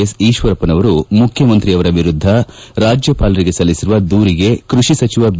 S ಈಶ್ವರಪ್ಪನವರು ಮುಖ್ಯಮಂತ್ರಿಯವರ ವಿರುದ್ಧ ರಾಜ್ಯಪಾಲರಿಗೆ ಸಲ್ಲಿಸಿರುವ ದೂರಿಗೆ ಕೃಷಿ ಸಚಿವ ಬಿ